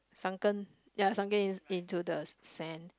sunken ya sinking into the sand